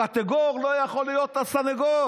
הקטגור לא יכול להיות הסנגור,